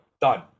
done